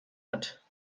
hat